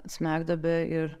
smegduobė ir